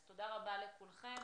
אז תודה רבה לכולכם